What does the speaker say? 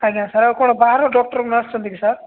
ଆଜ୍ଞା ସାର୍ ଆଉ କ'ଣ ବାହାର ଡକ୍ଟରମାନ ଆସୁଛନ୍ତି କି ସାର୍